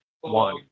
one